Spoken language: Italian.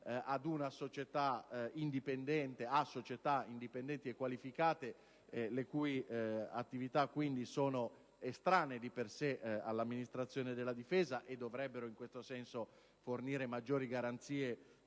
a società indipendenti e qualificate le cui attività, quindi, sono estranee di per sé all'Amministrazione della difesa, e dovrebbero quindi fornire maggiori garanzie